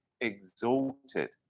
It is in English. exalted